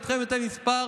בהיותם מתי מספר